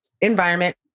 environment